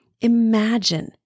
Imagine